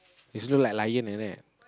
his look like lion isn't it